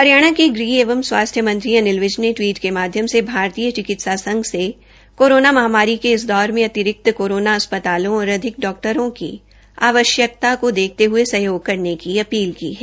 हरियणा के गृह एवं स्वास्थ्य मंत्री अनिल विज ने टवीट के माध्यम से भारतीय चिकित्सा संघ से कोरोना महामारी के इस दौर मे अतिरिक्त कोरोना अस्पतालों और अधिक डाक्टरों की आवश्यकता का देखते हये सहयोग करने की अपील की है